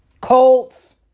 Colts